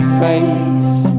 face